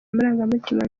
amarangamutima